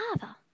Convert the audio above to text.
father